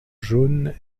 jaune